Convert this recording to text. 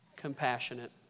compassionate